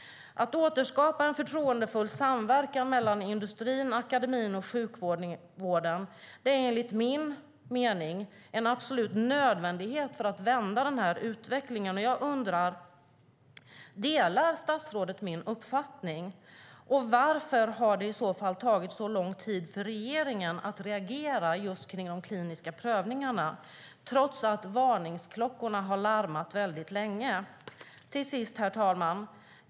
Att återskapa en förtroendefull samverkan mellan industrin, akademin och sjukvården är enligt min mening en absolut nödvändighet för att vända den här utvecklingen. Jag undrar: Delar statsrådet min uppfattning? Varför har det i så fall tagit så lång tid för regeringen att reagera just när det gäller de kliniska prövningarna trots att varningsklockorna har larmat väldigt länge? Till sist, herr talman.